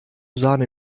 sahne